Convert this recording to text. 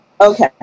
Okay